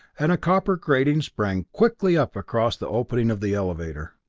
and a copper grating sprang quickly up across the opening of the elevator.